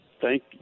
thank